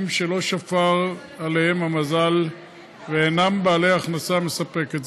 שלא שפר עליהם המזל ואינם בעלי הכנסה מספקת.